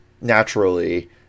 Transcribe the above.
naturally